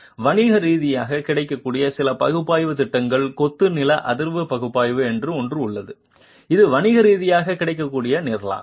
வணிக ரீதியாக கிடைக்கக்கூடிய சில பகுப்பாய்வு திட்டங்கள் கொத்து நில அதிர்வு பகுப்பாய்வு என்று ஒன்று உள்ளது இது வணிக ரீதியாக கிடைக்கக்கூடிய நிரலாகும்